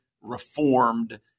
reformed